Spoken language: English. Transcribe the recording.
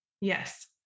Yes